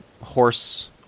horse